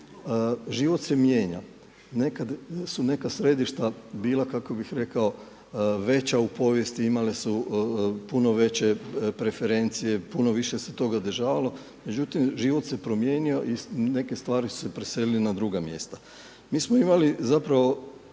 život se mijenja. Nekad su neka središta bila kako bih rekao, veća u povijesti, imali su puno veće preferencije, puno više se toga održavalo, međutim život se promijenio i neke stvari su se preselili na druga mjesta. Mi smo imali zapravo